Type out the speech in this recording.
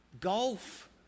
Golf